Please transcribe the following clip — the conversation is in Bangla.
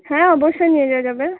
হ্যাঁ অবশ্যই নিয়ে যাওয়া যাবে